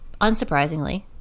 unsurprisingly